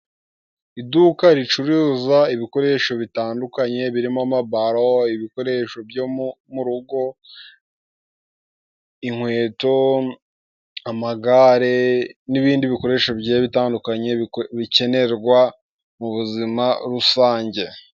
Iduka ricuruza ibikoresho bitandukanye birimo amabaro ibikoresho byo mu rugo inkweto, amagare n'ibindi bikoresho bigiye bitandukanye bikenerwa mu buzima rusange.